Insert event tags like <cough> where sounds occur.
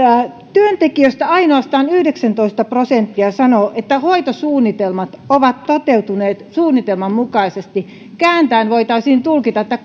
työntekijöistä ainoastaan yhdeksäntoista prosenttia sanoo että hoitosuunnitelmat ovat toteutuneet suunnitelman mukaisesti kääntäen voitaisiin tulkita että <unintelligible>